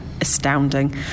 astounding